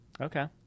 okay